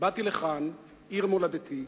באתי לכאן, לעיר מולדתי,